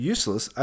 Useless